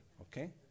okay